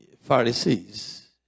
Pharisees